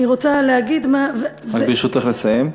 אני רוצה להגיד, רק, ברשותך, לסיים.